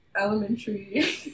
elementary